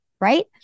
Right